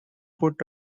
put